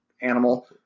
animal